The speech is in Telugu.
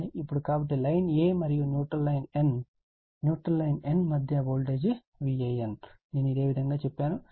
స్లైడ్ సమయం చూడండి 1009 ఇప్పుడు కాబట్టి లైన్ a మరియు neutral line n neutral line n మధ్య వోల్టేజ్ Van నేను ఇదే విధంగా చెప్పాను